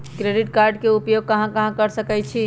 Credit card के उपयोग कहां कहां कर सकईछी?